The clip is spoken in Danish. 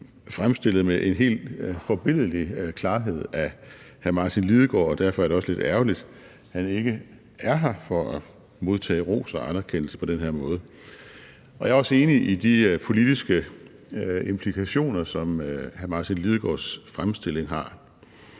fremstillet med en helt forbilledlig klarhed af hr. Martin Lidegaard, og derfor er det også lidt ærgerligt, at han ikke er her for at modtage ros og anerkendelse på den her måde. Og jeg er også enig i de politiske implikationer, som hr. Martin Lidegaards fremstilling har.